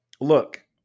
look